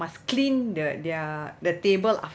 must clean the their the table after